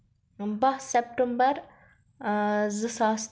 باہ سیپٹمبَر زٕ ساس